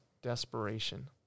desperation